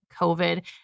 COVID